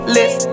List